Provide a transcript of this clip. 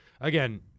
again